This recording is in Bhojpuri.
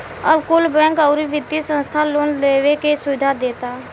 अब कुल बैंक, अउरी वित्तिय संस्था लोन लेवे के सुविधा देता